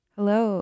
Hello